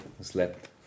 slept